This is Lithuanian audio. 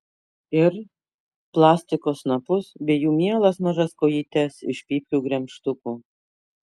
ir plastiko snapus bei jų mielas mažas kojytes iš pypkių gremžtukų